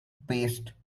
paste